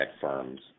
firms